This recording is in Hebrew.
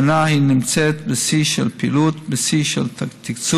השנה היא נמצאת בשיא של פעילות, בשיא של תקצוב.